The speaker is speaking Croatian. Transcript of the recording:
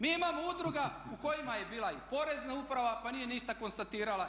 Mi imamo udruga u kojima je bila Porezna uprava pa nije ništa konstatirala.